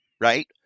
Right